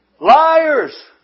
liars